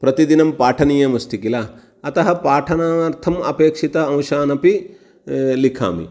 प्रतिदिनं पाठनीयमस्ति किल अतः पाठनार्थम् अपेक्षित अंशानपि लिखामि